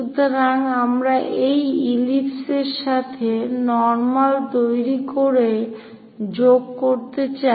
সুতরাং আমরা এই ইলিপস এর সাথে নর্মাল তৈরি করে যোগ করতে চাই